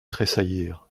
tressaillir